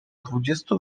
dwudziestu